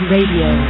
Radio